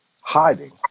hiding